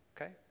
Okay